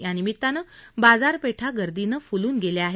यानिमितानं बाजारपेठा गर्दीनं फुलून गेल्या आहेत